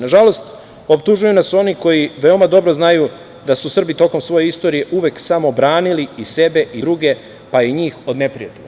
Nažalost, optužuju nas oni koji veoma dobro znaju da su Srbi tokom svoje istorije uvek samo branili sebe i druge, pa i njih od neprijatelja.